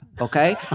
Okay